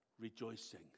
rejoicing